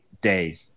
day